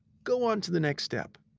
go on to the next step.